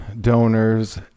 donors